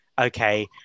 okay